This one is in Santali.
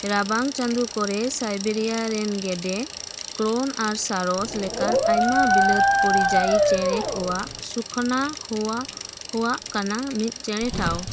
ᱨᱟᱵᱟᱝ ᱪᱟᱸᱫᱳ ᱠᱚᱨᱮ ᱥᱟᱭᱵᱮᱨᱤᱭᱟ ᱨᱮᱱ ᱜᱮᱰᱮ ᱠᱨᱳᱧᱪ ᱟᱨ ᱥᱟᱨᱚᱥ ᱞᱮᱠᱟᱱ ᱟᱭᱢᱟ ᱵᱤᱞᱟᱹᱛ ᱯᱚᱨᱤᱡᱟᱭᱤ ᱪᱮᱬᱮ ᱠᱚᱣᱟᱜ ᱥᱩᱠᱷᱱᱟ ᱦᱩᱭᱩᱜ ᱠᱟᱱᱟ ᱢᱤᱫ ᱪᱮᱬᱮ ᱴᱷᱟᱶ